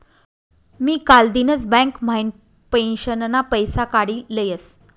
मी कालदिनच बँक म्हाइन पेंशनना पैसा काडी लयस